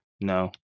no